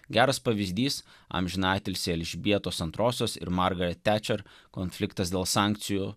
geras pavyzdys amžinatilsį elžbietos antrosios ir margaret tečer konfliktas dėl sankcijų